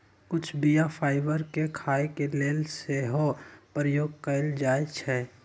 कुछ बीया फाइबर के खाय के लेल सेहो प्रयोग कयल जाइ छइ